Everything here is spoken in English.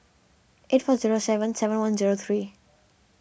eight four zero seven seven one zero three